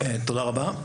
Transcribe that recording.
תודה רבה.